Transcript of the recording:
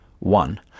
One